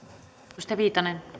arvoisa rouva